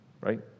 right